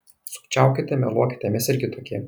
sukčiaukite meluokite mes irgi tokie